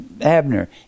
Abner